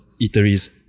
eateries